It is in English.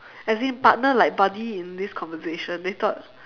as in partner like buddy in this conversation they thought